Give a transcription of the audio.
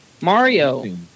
Mario